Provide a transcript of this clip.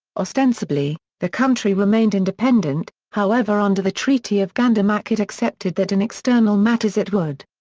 ostensibly, the country remained independent, however under the treaty of gandamak it accepted that in external matters it would.